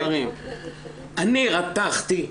אני רתחתי.